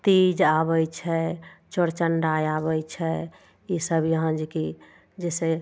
तीज आबै छै चौठचन्द्र आबै छै ईसब यहाँ जे कि जैसे